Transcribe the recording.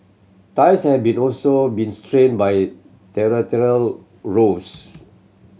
ties have been also been strained by territorial rows